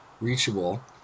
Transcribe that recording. reachable